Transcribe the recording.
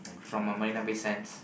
from uh Marina-Bay-Sands